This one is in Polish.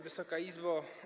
Wysoka Izbo!